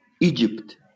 Egypt